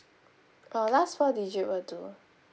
uh last four digit will do